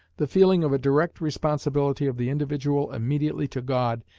the feeling of a direct responsibility of the individual immediately to god,